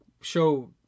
show